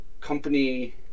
company